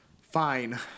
Fine